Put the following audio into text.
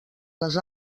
les